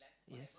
yes